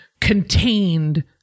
contained